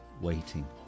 waiting